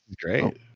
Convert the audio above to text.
Great